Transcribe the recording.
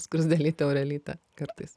skruzdėlytė aurelytė kartais